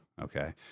Okay